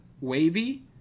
Wavy